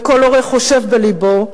וכל הורה חושב בלבו: